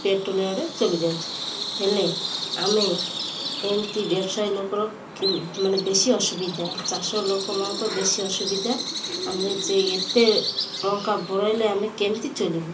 petrol ଆଡ଼େ ଚଳିଯାଉଛି ହେଲେ ଆମେ ଏମିତି ବ୍ୟବସାୟୀ ଲୋକର ମାନେ ବେଶି ଅସୁବିଧା ଚାଷ ଲୋକମାନଙ୍କର ବେଶି ଅସୁବିଧା ଆମେ ଯେ ଏତେ ଟଙ୍କା ବଢ଼ାଇଲେ ଆମେ କେମିତି ଚଳିବୁ